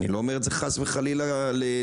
אני לא אומר את זה חס וחלילה לגנאי,